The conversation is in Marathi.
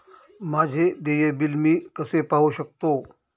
माझे देय बिल मी कसे पाहू शकतो?